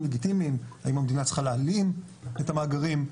לגיטימיים האם המדינה צריכה להלאים את המאגרים,